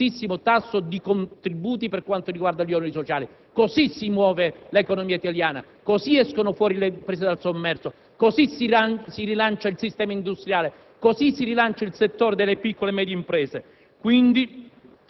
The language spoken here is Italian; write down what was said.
bassissimo tasso di contributi per quanto riguarda gli oneri sociali. Così si muove l'economia italiana, così escono fuori le imprese dal sommerso, così si rilancia il sistema industriale e il settore delle piccole e medie imprese. Quindi,